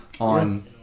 on